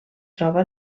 troba